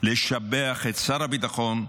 לשבח את שר הביטחון,